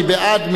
מי בעד,